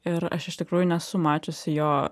ir aš iš tikrųjų nesu mačiusi jo